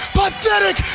pathetic